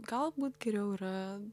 galbūt geriau yra